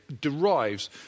derives